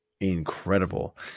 incredible